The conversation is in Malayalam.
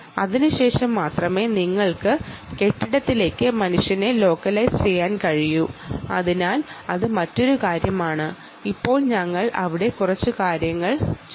അതിനുശേഷം മാത്രമേ നിങ്ങൾക്ക് കെട്ടിടത്തിലേക്ക് മനുഷ്യനെ ലോക്കലൈസ് ചെയ്യാൻ കഴിയൂ ഇപ്പോൾ ഞങ്ങൾ അവിടെ കുറച്ച് കാര്യങ്ങൾ ചെയ്തു